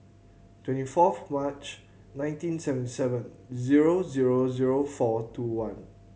twenty fourth March nineteen seven seven zero zero zero four two one